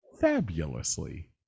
fabulously